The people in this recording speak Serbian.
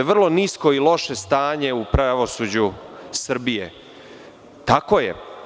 Vrlo je nisko i loše stanje u pravosuđu Srbije, tako je.